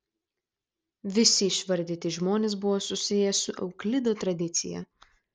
visi išvardyti žmonės buvo susiję su euklido tradicija